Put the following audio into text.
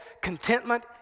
contentment